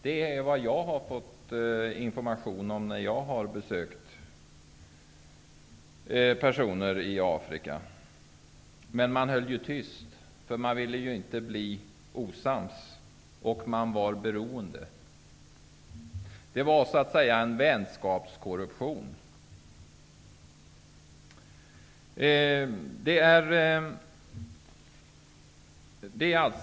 Den informationen har jag fått när jag besökt personer i Afrika. Man höll tyst, därför att man inte ville bli osams. Man var också beroende. Det var, kan man säga, en vänskapskorruption.